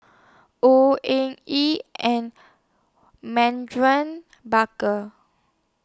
Au Ng Yee and Baker